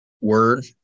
Word